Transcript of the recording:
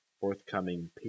forthcoming